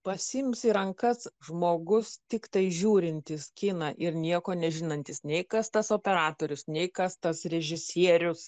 pasiims į rankas žmogus tiktai žiūrintis kiną ir nieko nežinantys nei kas tas operatorius nei kas tas režisierius